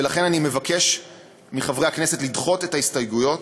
ולכן אני מבקש מחברי הכנסת לדחות את ההסתייגויות.